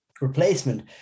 replacement